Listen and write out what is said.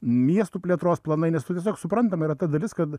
miestų plėtros planai nes tu tiesiog suprantama yra ta dalis kad